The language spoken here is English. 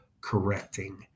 correcting